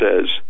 says